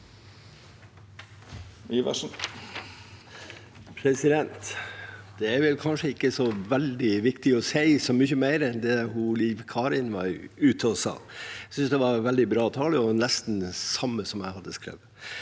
Det er kan- skje ikke så veldig viktig å si så mye mer enn det Liv Kari Eskeland sa. Jeg synes det var en veldig bra tale og nesten det samme som jeg hadde skrevet.